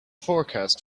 forecast